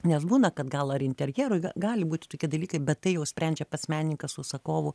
nes būna kad gal ar interjerui ga gali būti tokie dalykai bet tai jau sprendžia pats menininkas su užsakovu